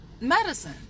medicine